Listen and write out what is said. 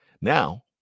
Now